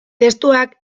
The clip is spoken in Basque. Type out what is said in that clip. testuak